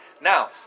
Now